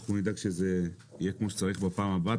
אנחנו נדאג שזה יהיה כמו שצריך בפעם הבאה.